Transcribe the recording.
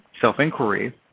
self-inquiry